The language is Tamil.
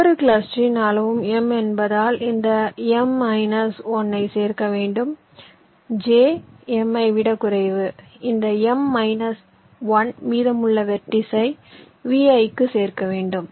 ஒவ்வொரு கிளஸ்டரின் அளவும் m என்பதால் இந்த m மைனஸ் 1 ஐ சேர்க்க வேண்டும் j m ஐ விட குறைவு இந்த m மைனஸ் 1 மீதமுள்ள வெர்டிசை Vi க்கு சேர்க்க வேண்டும்